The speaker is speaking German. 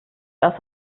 erst